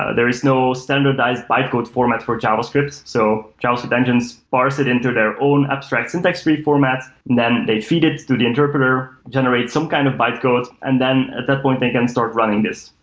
ah there is no standardized bytecode format for javascript. so javascript engines parse it into their own abstract syntax tree format, and then they feed it to the interpreter. generate some kind of bytecode, and then at that point they can start running this.